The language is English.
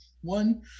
one